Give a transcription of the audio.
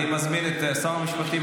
אני מזמין את שר המשפטים.